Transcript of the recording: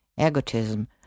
egotism